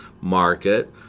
market